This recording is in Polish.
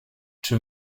czy